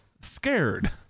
scared